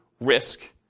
risk